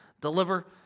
deliver